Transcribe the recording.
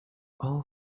all